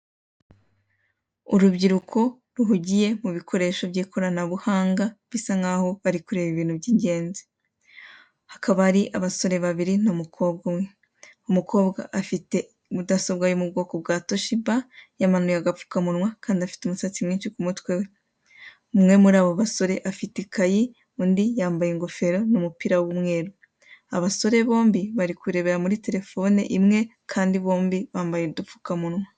Urubyiruko ruhugiye mu bikoresho by'ikoranabuhanga bisa nkaho bari kureba ibintu by'ingenzi. Hakaba hari abasore babiri n'umukobwa umwe. Umukobwa afite mudasobwa yo mu bwoko bwa Toshiba yamanuye agapfukamunwa kandi afite umusatsi mwinshi ku mutwe we. Umwe muri abo basore afite ikayi undi yambaye ingofero n'umupira w'umweru. Abasore bombi bari kurebera muri telefoni imwe kandi bombi bambaye udupfukamunwa.